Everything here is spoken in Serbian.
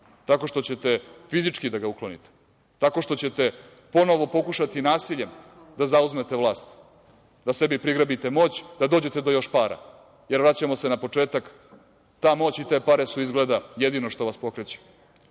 tako što ćete fizički da ga uklonite, tako što ćete ponovo pokušati nasiljem da zauzmete vlast, da sebi prigrabite moć da dođete do još para? Vraćamo se na početak. Ta moć i te pare su izgleda jedino što vas pokreće.